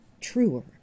truer